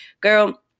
girl